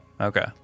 Okay